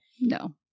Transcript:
No